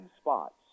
spots